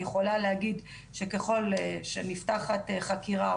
אני יכולה להגיד שככל שנפתחת חקירה,